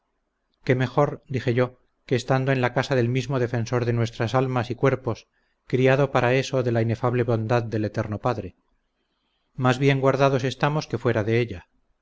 qué mejor dije yo que estando en la casa del mismo defensor de nuestras almas y cuerpos criado para eso de la inefable bondad del eterno padre más bien guardados estamos que fuera de ella